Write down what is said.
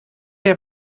der